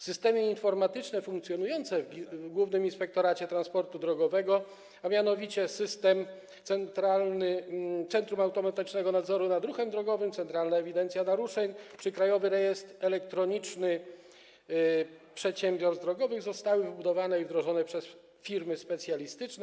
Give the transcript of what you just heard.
Systemy informatyczne funkcjonujące w Głównym Inspektoracie Transportu Drogowego, a mianowicie Centrum Automatycznego Nadzoru nad Ruchem Drogowym, centralna ewidencja naruszeń czy krajowy rejestr elektroniczny przedsiębiorstw drogowych, zostały wybudowane i wdrożone przez firmy specjalistyczne.